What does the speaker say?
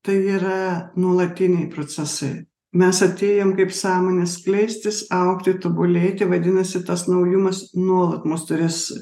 tai yra nuolatiniai procesai mes atėjom kaip sąmonė skleistis augti tobulėti vadinasi tas naujumas nuolat mus turės